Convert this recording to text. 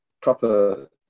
proper